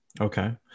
okay